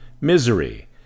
Misery